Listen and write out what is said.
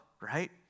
right